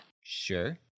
Sure